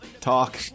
talk